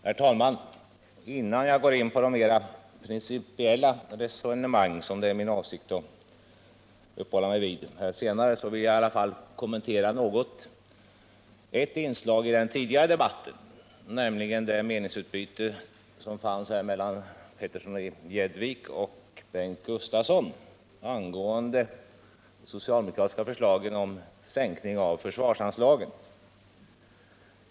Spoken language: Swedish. Herr talman! Innan jag går in på de mera principiella resonemang som det är min avsikt att uppehålla mig vid senare vill jag i alla fall kommentera ett inslag i den tidigare debatten, nämligen det meningsutbyte som förekom mellan Per Petersson och Bengt Gustavsson angående de socialdemokratiska förslagen om sänkning av försvarsanslagen.